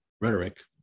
rhetoric